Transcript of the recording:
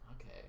Okay